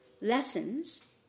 lessons